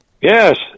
Yes